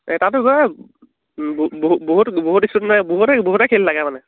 এই তাত বহুত বহুতো বহুতে বহুতে খেলি থাকে মানে